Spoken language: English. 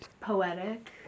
poetic